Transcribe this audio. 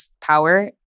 power